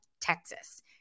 Texas